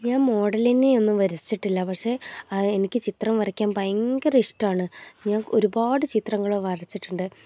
ഞാൻ മോഡലിനെ ഒന്നും വരച്ചിട്ടില്ല പക്ഷെ എനിക്ക് ചിത്രം വരയ്ക്കാൻ ഭയങ്കര ഇഷ്ടമാണ് ഞാൻ ഒരുപാട് ചിത്രങ്ങൾ വരച്ചിട്ടുണ്ട്